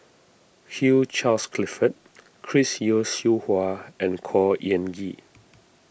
Hugh Charles Clifford Chris Yeo Siew Hua and Khor Ean Ghee